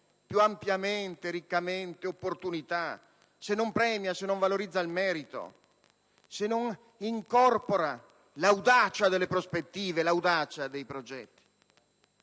più ampiamente e riccamente opportunità, se non premia e non valorizza il merito, se non incorpora l'audacia delle prospettive e dei progetti».